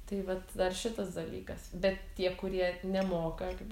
tai vat dar šitas dalykas bet tie kurie nemoka kaip